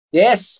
yes